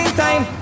time